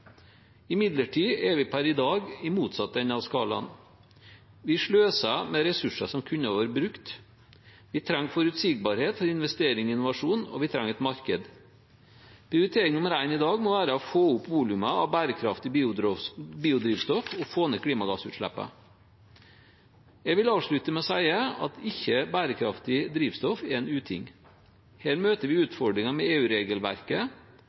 Imidlertid er vi per i dag i motsatt ende av skalaen. Vi sløser med ressurser som kunne vært brukt, vi trenger forutsigbarhet for investeringer og innovasjon, og vi trenger et marked. Prioritering nummer én i dag må være å få opp volumet av bærekraftig biodrivstoff og få ned klimagassutslippene. Jeg vil avslutte med å si at ikke-bærekraftig drivstoff er en uting. Her møter vi utfordringer med